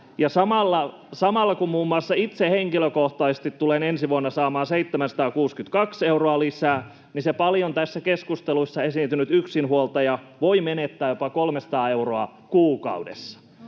Samalla kun muun muassa itse henkilökohtaisesti tulen ensi vuonna saamaan 762 euroa lisää, niin se paljon tässä keskustelussa esiintynyt yksinhuoltaja voi menettää jopa 300 euroa kuukaudessa.